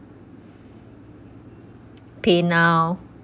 paynow